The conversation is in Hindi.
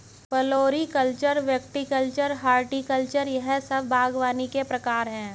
फ्लोरीकल्चर, विटीकल्चर, हॉर्टिकल्चर यह सब बागवानी के प्रकार है